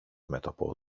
μέτωπο